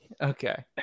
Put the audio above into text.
Okay